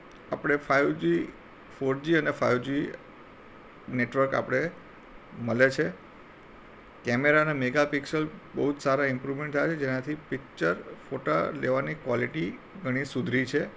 આપણે five G four G અને five G network આપણે મળે છે કેમેરાના મેગાપિક્સલ બહુ જ સારા ઇમ્પ્રુવમેંટ થયા છે જેનાથી પીકચર ફોટા લેવાની કોલેટી ઘણી સુધરી છે